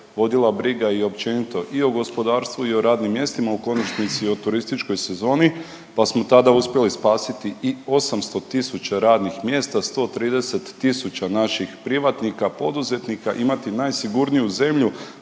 vodila briga i općenito i o gospodarstvu i o radnim mjestima, u konačnici i o turističkoj sezoni, pa smo tada uspjeli spasiti i 800 tisuća radnih mjesta, 130 tisuća naših privatnika poduzetnika, imati najsigurniju zemlju